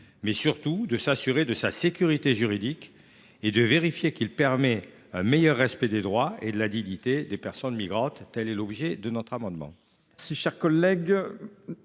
mais surtout de s’assurer de sa sécurité juridique et de vérifier qu’il permet un meilleur respect des droits et de la dignité des personnes migrantes. Quel est l’avis de la commission